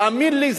תאמין לי,